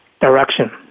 direction